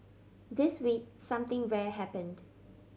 this week something rare happened